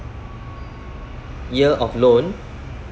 year of loan